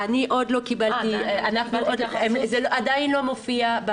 זה עדיין לא מופיע,